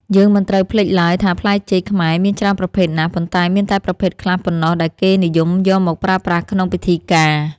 យើងមិនត្រូវភ្លេចឡើយថាផ្លែចេកខ្មែរមានច្រើនប្រភេទណាស់ ប៉ុន្តែ មានតែប្រភេទខ្លះប៉ុណ្ណោះដែលគេនិយមយកមកប្រើប្រាស់ក្នុងពិធីការ។